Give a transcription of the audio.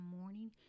morning